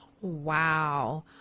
wow